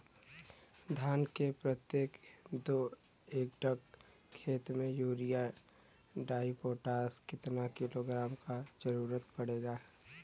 धान के प्रत्येक दो एकड़ खेत मे यूरिया डाईपोटाष कितना किलोग्राम क जरूरत पड़ेला?